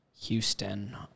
Houston